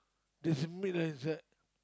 there's a meat lah inside